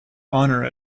honour